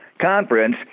Conference